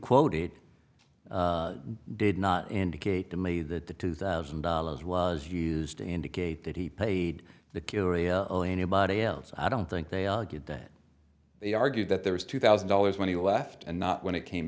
quoted did not indicate to me that the two thousand dollars was used to indicate that he paid the curia anybody else i don't think they argued that they argued that there was two thousand dollars when he left and not when it came